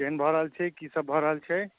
केहन भऽ रहल छै की सब भऽ रहल छै